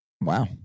Wow